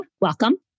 welcome